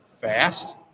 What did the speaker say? fast